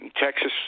Texas